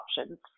options